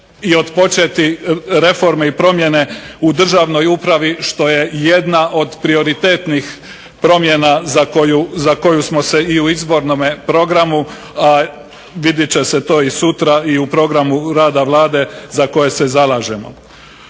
otpočeti reforme i promjene u državnoj upravi što je jedna od prioritetnih promjena za koju smo se u izbornom programu, vidjet će se to sutra a i u programu rada vlade za koje se zalažemo.